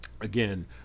again